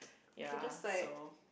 ya so